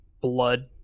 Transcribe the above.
blood